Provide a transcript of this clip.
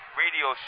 radio